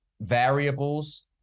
variables